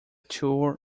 two